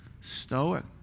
stoic